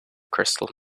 crystal